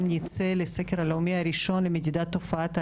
נצא לסקר הלאומי הראשון למדידת תופעת האלימות.